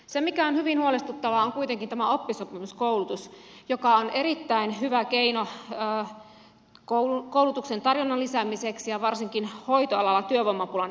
se mikä on hyvin huolestuttavaa on kuitenkin oppisopimuskoulutus joka on erittäin hyvä keino koulutuksen tarjonnan lisäämiseksi ja varsinkin hoitoalalla työvoimapulan ehkäisemiseksi